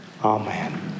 Amen